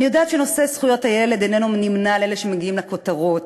אני יודעת שנושא זכויות הילד איננו נמנה עם אלה שמגיעים לכותרות,